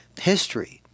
history